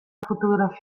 fotografia